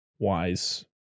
wise